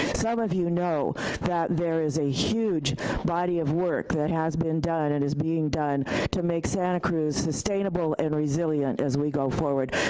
some of you know that there is a huge body of work that has been done and is being done to make santa cruz sustainable and resilient as we go forward.